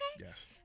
Yes